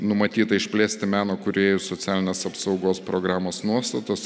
numatyta išplėsti meno kūrėjų socialinės apsaugos programos nuostatas